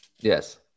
Yes